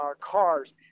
cars